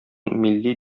милли